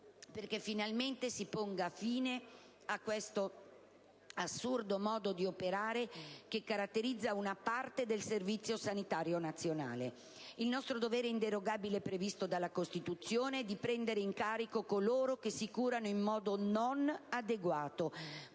perché finalmente si ponga fine a questo assurdo modo di operare che caratterizza una parte del Servizio sanitario nazionale. Il nostro dovere inderogabile previsto dalla Costituzione è di prendere in carico coloro che si curano in modo non adeguato,